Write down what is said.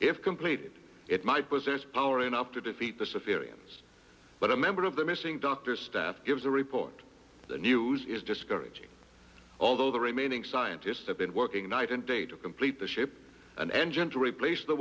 if completed it might possess power enough to defeat the civilians but a member of the missing doctor's staff gives a report the news is discouraging although the remaining scientists have been working night and day to complete the ship an engine to replace the